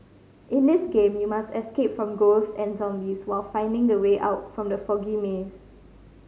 in this game you must escape from ghosts and zombies while finding the way out from the foggy maze